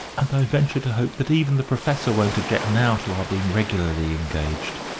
and i venture to hope that even the professor won't object now to our being regularly engaged.